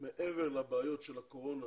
מעבר לבעיות של הקורונה